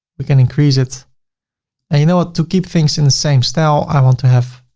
we can increase it and you know what? to keep things in the same style i want to have.